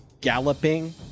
galloping